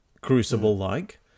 crucible-like